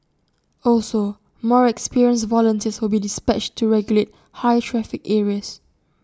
also more experienced volunteers will be dispatched to regulate high traffic areas